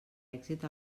èxit